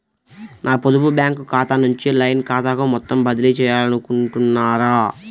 నా పొదుపు బ్యాంకు ఖాతా నుంచి లైన్ ఖాతాకు మొత్తం బదిలీ చేయాలనుకుంటున్నారా?